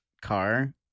car